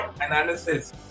analysis